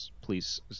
please